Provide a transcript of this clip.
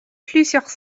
plusieurs